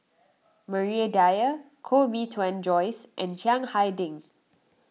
Maria Dyer Koh Bee Tuan Joyce and Chiang Hai Ding